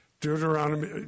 Deuteronomy